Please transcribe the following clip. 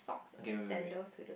okay wait wait wait